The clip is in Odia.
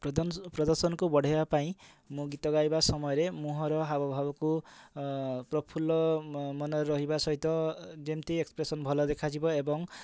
ପ୍ରଦନଶ ପ୍ରଦର୍ଶନକୁ ବଢ଼େଇବା ପାଇଁ ମୁଁ ଗୀତ ଗାଇବା ସମୟରେ ମୁହଁର ହାବ ଭାବକୁ ପ୍ରଫୁଲ୍ଲ ମନରେ ରହିବା ସହିତ ଯେମିତି ଏକ୍ସପ୍ରେସନ୍ ଭଲ ଦେଖାଯିବ ଏବଂ